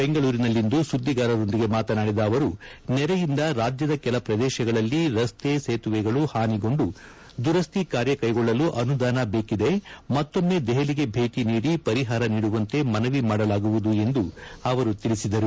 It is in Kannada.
ಬೆಂಗಳೂರಿನಲ್ಲಿಂದು ಸುದ್ದಿಗಾರರೊಂದಿಗೆ ಮಾತನಾಡಿದ ಅವರು ನೆರೆಯಿಂದ ರಾಜ್ಯದ ಕೆಲ ಪ್ರದೇಶಗಳಲ್ಲಿ ರಸ್ತೆ ಸೇತುವೆಗಳು ಹಾನಿಗೊಂಡು ದುರಸ್ವಿ ಕಾರ್ಯ ಕೈಗೊಳ್ಳಲು ಅನುದಾನ ಬೇಕಿದೆ ಮತ್ತೊಮ್ಮೆ ದೆಹಲಿಗೆ ಭೇಟಿ ನೀಡಿ ಪರಿಹಾರ ನೀಡುವಂತೆ ಮನವಿ ಮಾಡಲಾಗುವುದು ಎಂದು ತಿಳಿಸಿದರು